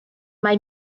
mae